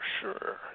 sure